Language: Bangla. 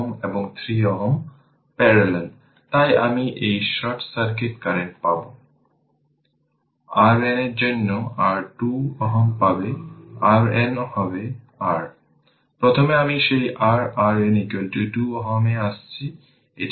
এখন যেহেতু I i1 অতএব এখানে 6 i2 2 i1 3 i1 0 রাখুন তার মানে i2 5 6 i1 এখন ইকুয়েশন 3 এবং ইকুয়েশন 5 থেকে